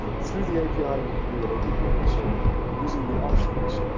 through the api ah you can do whatever you want. so using the options,